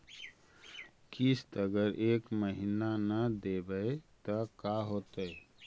किस्त अगर एक महीना न देबै त का होतै?